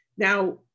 Now